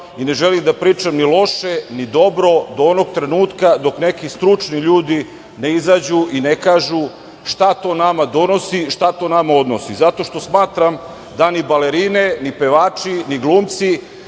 i ne želim da pričam ni loše ni dobro do onog trenutka dok neki stručni ljudi ne izađu i ne kažu šta to nama donosi, šta to nama odnosi, zato što smatram da ni balerine, ni pevači, ni glumci